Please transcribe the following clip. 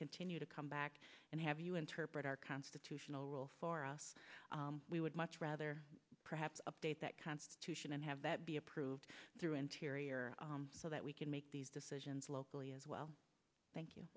continue to come back and have you interpret our constitutional rule for us we would much rather perhaps update that constitution and have that be approved through interior so that we can make these decisions locally as well thank